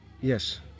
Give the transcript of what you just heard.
Yes